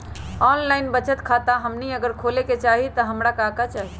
Online बचत खाता हमनी अगर खोले के चाहि त हमरा का का चाहि?